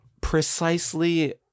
precisely